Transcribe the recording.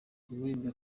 umuririmbyi